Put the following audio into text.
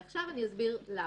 עכשיו אני אסביר למה.